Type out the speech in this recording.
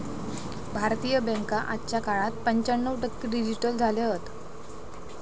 भारतीय बॅन्का आजच्या काळात पंच्याण्णव टक्के डिजिटल झाले हत